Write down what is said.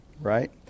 right